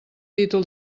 títol